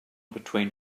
between